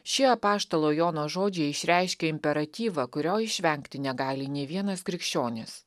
šie apaštalo jono žodžiai išreiškia imperatyvą kurio išvengti negali nė vienas krikščionis